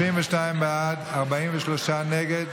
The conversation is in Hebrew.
32 בעד, 43 נגד.